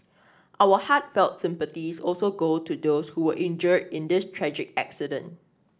our heartfelt sympathies also go to those who were injured in this tragic accident